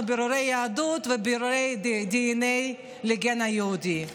בירורי יהדות ובירורי דנ"א לגן היהודי.